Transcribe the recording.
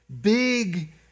big